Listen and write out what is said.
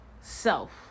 self